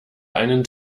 einen